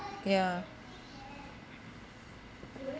yeah